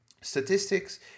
statistics